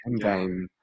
endgame